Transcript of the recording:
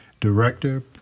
director